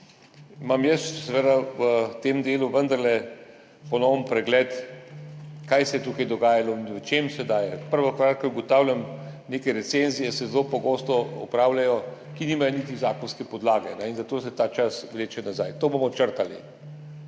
imam jaz seveda v tem delu vendarle ponoven pregled, kaj se je tukaj dogajalo in v čem se daje. Prva stvar, ki jo ugotavljam, neke recenzije se zelo pogosto opravljajo, pa nimajo niti zakonske podlage, in zato se ta čas vleče nazaj. To bomo črtali